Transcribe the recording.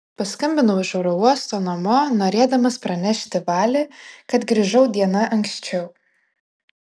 paskambinau iš oro uosto namo norėdamas pranešti vali kad grįžau diena anksčiau